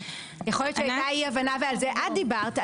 יכול להיות שהייתה אי הבנה ועל זה את דיברת,